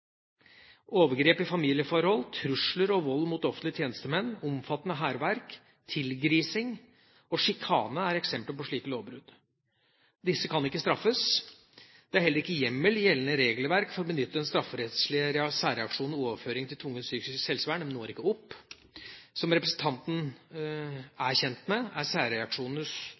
Overgrep i familieforhold, trusler og vold mot offentlige tjenestemenn, omfattende hærverk, tilgrising og sjikane er eksempler på slike lovbrudd. Disse kan ikke straffes. Det er heller ikke hjemmel i gjeldende regelverk for å benytte den strafferettslige særreaksjonen overføring til tvungent psykisk helsevern – det når ikke opp. Som representanten er kjent med, er